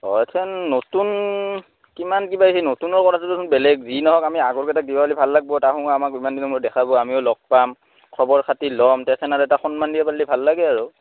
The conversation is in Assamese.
অঁ এথেন নতুন কিমান কিবা হৈছি নতুনৰ কথাটোতো বেলেগ যি নহওক আমি আগৰ কেইটাই দিব পাৰলি ভাল লাগব তাহোঁন আমাক ইমান দিনৰ মূৰত দেখা পাব আমিও লগ পাম খবৰ খাতি ল'ম তেনে ক্ষণত সন্মান এটা দিব পাৰলি ভাল লাগব আৰু